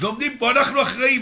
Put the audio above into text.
ועומדים פה: אנחנו אחראים.